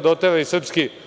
hteo i srpski